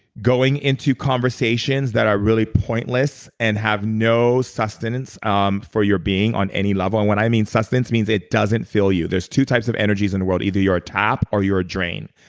going into conversations that are really pointless and have no sustenance um for your being on any level. and when i mean sustenance means it doesn't fill you. there's two types of energies in the world. either you're a tap or you're a drain.